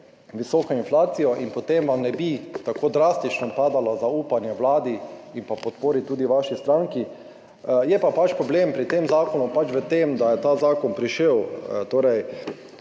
visoke inflacije in potem ne bi tako drastično padalo zaupanje vladi in podpora tudi vaši stranki. Je pa problem pri tem zakonu pač v tem, da je ta zakon prišel od